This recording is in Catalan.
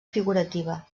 figurativa